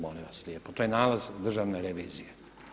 Molim vas lijepo, to je nalaz državne revizije.